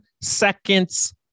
seconds